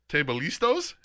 Tabalistos